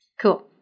Cool